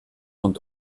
und